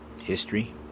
history